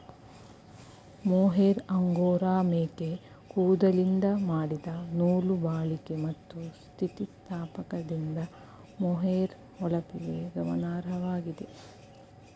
mohair angora ಮೇಕೆ ಕೂದಲಿಂದ ಮಾಡಿದ ನೂಲು ಬಾಳಿಕೆ ಮತ್ತು ಸ್ಥಿತಿಸ್ಥಾಪಕದಿಂದ ಮೊಹೇರ್ ಹೊಳಪಿಗೆ ಗಮನಾರ್ಹವಾಗಿದೆ